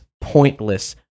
pointless